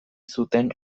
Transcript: zuten